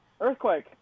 earthquake